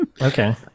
Okay